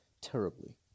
terribly